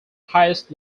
highest